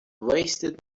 wasted